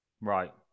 Right